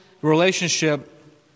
relationship